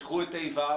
תפתחו את ה'-ו',